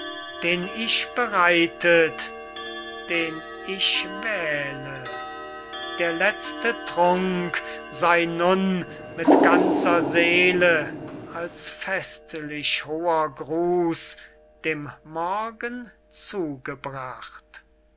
den ich bereitet den ich wähle der letzte trunk sey nun mit ganzer seele als festlich hoher gruß dem morgen zugebracht